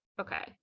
Okay